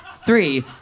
Three